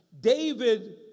David